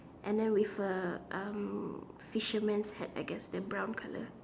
and then with a um fisherman's hat I guess the brown colour